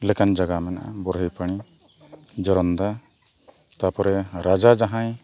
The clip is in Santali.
ᱞᱮᱠᱟᱱ ᱡᱟᱭᱜᱟ ᱢᱮᱱᱟᱜᱼᱟ ᱵᱚᱨᱦᱳᱭᱯᱟᱬᱤ ᱡᱚᱨᱚᱱᱫᱟ ᱛᱟᱯᱚᱨᱮ ᱨᱟᱡᱟ ᱡᱟᱦᱟᱸᱭ